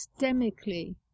systemically